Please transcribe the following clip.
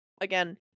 again